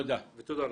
תודה לכם.